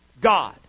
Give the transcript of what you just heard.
God